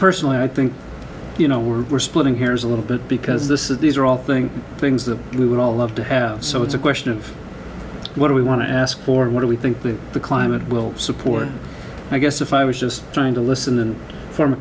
personally i think you know we're we're splitting hairs a little bit because this is these are all thing things that we would all love to have so it's a question of what do we want to ask or what do we think the climate will support i guess if i was just trying to listen and form a